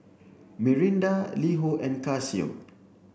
Mirinda LiHo and Casio